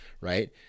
right